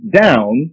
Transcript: down